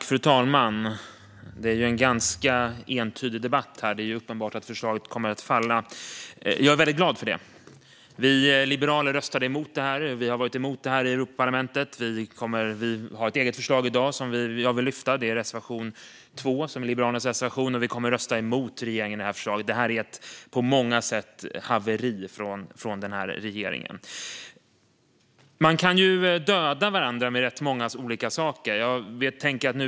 Fru talman! Det här är en ganska entydig debatt, och det är uppenbart att förslaget kommer att falla. Det är jag väldigt glad för. Vi liberaler röstade emot förslaget. Vi har varit emot det i Europaparlamentet. Vi har ett eget förslag i dag som jag vill lyfta fram - reservation 2 från Liberalerna - och vi kommer att rösta emot regeringen i det här förslaget, som på många sätt är ett haveri. Man kan döda varandra på många olika sätt.